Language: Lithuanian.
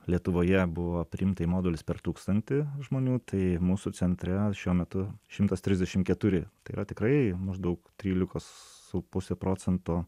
lietuvoje buvo priimta į modulius per tūkstantį žmonių tai mūsų centre šiuo metu šimtas trisdešim keturi tai yra tikrai maždaug trylikos su puse procento